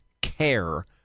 care